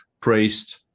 praised